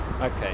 okay